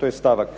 to je stavak.